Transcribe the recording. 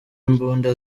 imbunda